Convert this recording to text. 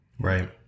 Right